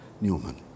Newman